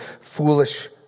foolish